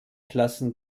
klassen